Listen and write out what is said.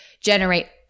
generate